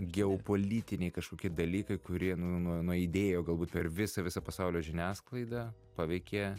geopolitiniai kažkokie dalykai kurie nu nu nuaidėjo galbūt per visą visą pasaulio žiniasklaidą paveikė